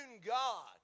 God